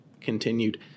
continued